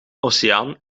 oceaan